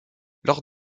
lors